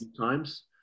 times